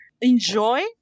enjoy